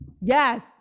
Yes